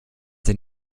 dich